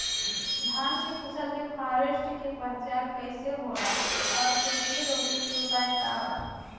धान के फसल के फारेस्ट के पहचान कइसे होला और एके रोके के उपाय का बा?